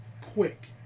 quick